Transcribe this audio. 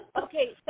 Okay